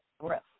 breath